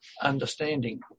understanding